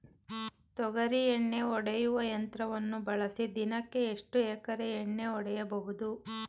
ತೊಗರಿ ಎಣ್ಣೆ ಹೊಡೆಯುವ ಯಂತ್ರವನ್ನು ಬಳಸಿ ದಿನಕ್ಕೆ ಎಷ್ಟು ಎಕರೆ ಎಣ್ಣೆ ಹೊಡೆಯಬಹುದು?